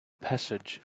passage